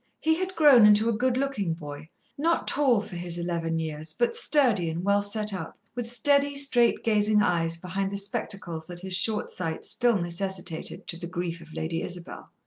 he had grown into a good-looking boy, not tall for his eleven years, but sturdy and well set up, with steady, straight-gazing eyes behind the spectacles that his short sight still necessitated, to the grief of lady isabel.